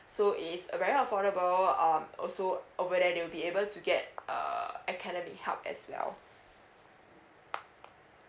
so it is a very affordable um also over there they will be able to get uh academic help as well